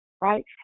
right